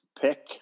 pick